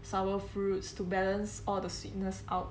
sour fruits to balance all the sweetness out